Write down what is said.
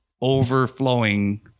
overflowing